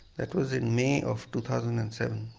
that was in may of two thousand and seven.